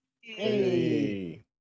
Hey